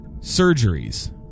surgeries